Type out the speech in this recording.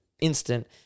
instant